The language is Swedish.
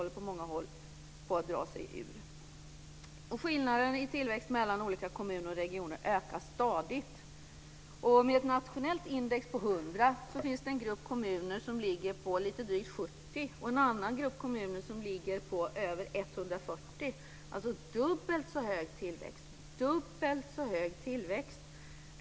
Skillnader i tillväxt mellan olika kommuner och regioner ökar stadigt. Med ett nationellt index på 100 finns det en grupp kommuner som ligger på lite drygt 70 och en annan grupp kommuner som ligger på över 140. Det är alltså dubbelt så hög tillväxt.